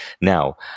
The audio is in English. Now